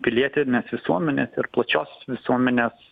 pilietinės visuomenės ir plačiosios visuomenės